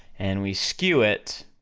and we skew it,